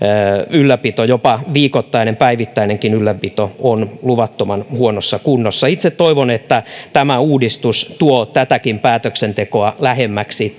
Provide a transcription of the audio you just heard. ylläpito jopa viikoittainen päivittäinenkin ylläpito on luvattoman huonossa kunnossa itse toivon että tämä uudistus tuo tätäkin päätöksentekoa lähemmäksi